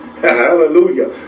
hallelujah